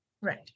Right